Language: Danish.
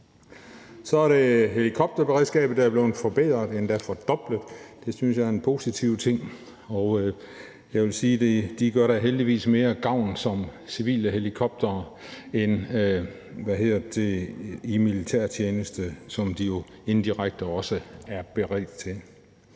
Så er helikopterberedskabet blevet forbedret, endda fordoblet. Det synes jeg er en positiv ting, og jeg vil sige, at de da heldigvis gør mere gavn som civile helikoptere, end når de er i militærtjeneste, hvad de jo indirekte også er beredt til.